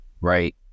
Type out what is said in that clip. Right